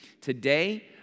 Today